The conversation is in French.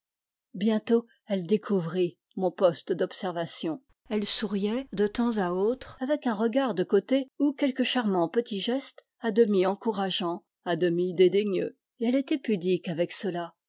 bientôt elle découvrit mon poste d'observation elle souriait de temps à autre avec un regard de côté ou quelque charmant petit geste à demi encourageant à depii dédaigneux et elle était pudique avec cela